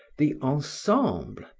the ensemble,